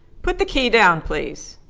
put the key down, please,